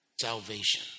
salvation